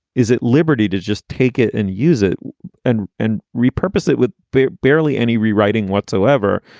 is at liberty to just take it and use it and and repurpose it with barely any rewriting whatsoever.